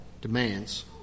demands